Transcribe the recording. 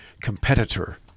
competitor